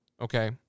okay